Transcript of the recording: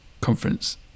conference